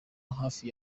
hafi